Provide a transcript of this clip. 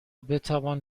بتوان